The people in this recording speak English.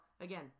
Again